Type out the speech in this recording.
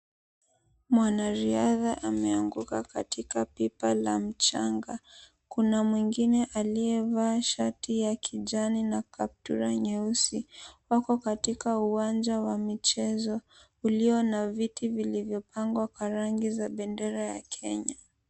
Mwanariadha ameanguka katika pipa la mchanga. Kuna mwengine aliyevaa shati ya kijani na kaptura nyeusi. Wako katika uwanja wa michezo ulio na viti vilivyopangwa kwa rangi za bendera ya Kenya.